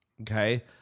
okay